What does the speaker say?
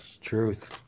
Truth